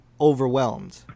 overwhelmed